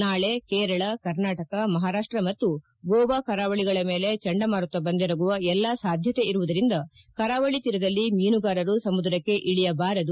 ನಾಳೆ ಕೇರಳ ಕರ್ನಾಟಕ ಮಹಾರಾಷ್ಷ ಮತ್ತು ಗೋವಾ ಕರಾವಳಿಗಳ ಮೇಲೆ ಚಂಡಮಾರುತ ಬಂದೆರಗುವ ಎಲ್ಲ ಸಾಧ್ಯತೆ ಇರುವುದರಿಂದ ಕರಾವಳಿ ತೀರದಲ್ಲಿ ಮೀನುಗಾರರು ಸಮುದ್ರಕ್ಷೆ ಇಳಿಯಬಾರದು